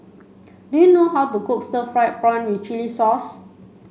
do you know how to cook stir fried prawn with chili sauce